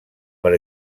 per